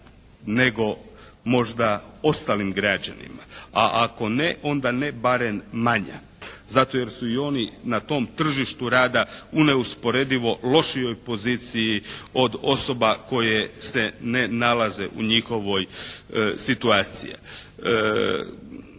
nego možda ostalim građanima. A ako ne onda ne barem manja, zato jer su i oni na tom tržištu rada u neusporedivo lošijoj poziciji od osoba koje se ne nalaze u njihovoj situaciji.